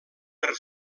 per